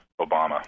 Obama